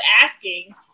asking